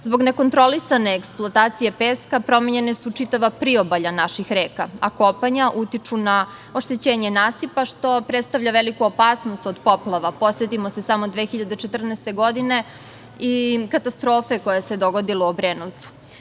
Zbog nekontrolisane eksploatacije peska, promenjena su čitava priobalja naših reka, a kopanja utiču na oštećenje nasipa, što predstavlja veliku opasnost od poplava. Podsetimo se samo 2014. godine i katastrofe koja se dogodila u Obrenovcu.